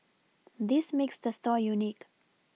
this makes the store unique